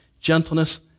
gentleness